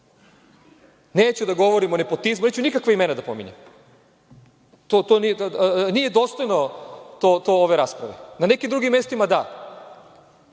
Neću da govorim o nepotizmu, neću nikakva imena da pominjem. Nije dostojno to ove rasprave. Na nekim drugim mestima da.